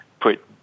put